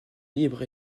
libres